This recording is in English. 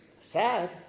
Sad